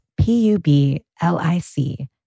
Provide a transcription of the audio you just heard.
P-U-B-L-I-C